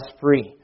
free